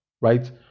right